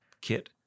kit